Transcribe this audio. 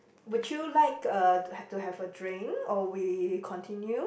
would you like uh to to have a drink or we continue